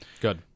good